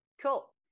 Cool